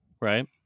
right